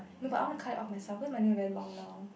no but I want to cut it off myself cause my nail very long now